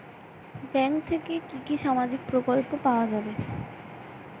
Bank থেকে কি কি সামাজিক প্রকল্প পাওয়া যাবে?